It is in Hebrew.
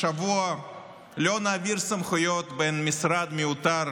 השבוע לא נעביר סמכויות בין משרד מיותר